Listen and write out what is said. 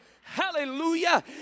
hallelujah